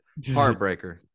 heartbreaker